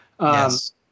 Yes